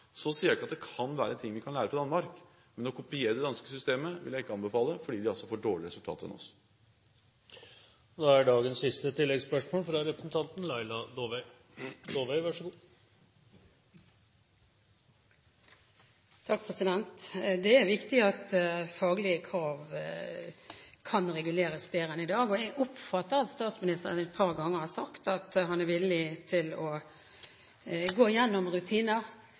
Så sier jeg ikke at det ikke kan være ting vi kan lære fra Danmark, men å kopiere det danske systemet vil jeg ikke anbefale fordi de får dårligere resultater enn oss. Laila Dåvøy – til siste oppfølgingsspørsmål. Det er viktig at faglige krav kan reguleres bedre enn i dag, og jeg oppfatter at statsministeren et par ganger har sagt at han er villig til å gå gjennom rutiner